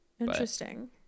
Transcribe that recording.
interesting